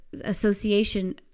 association